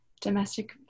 domestic